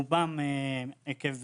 רובם עקב